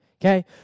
okay